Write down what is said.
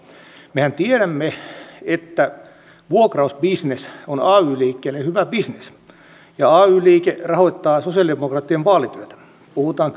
mehän tiedämme että vuokrausbisnes on on ay liikkeelle hyvä bisnes ay liike rahoittaa sosialidemokraattien vaalityötä puhutaan